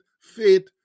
faith